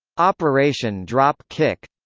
operation drop kick